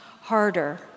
harder